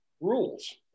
rules